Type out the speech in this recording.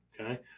Okay